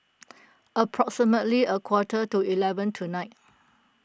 approximately a quarter to eleven tonight